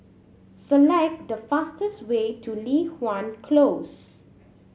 select the fastest way to Li Hwan Close